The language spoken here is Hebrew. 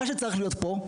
מה שצריך להיות פה,